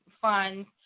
funds